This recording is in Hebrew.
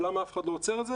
למה אף אחד לא עוצר את זה?